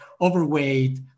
overweight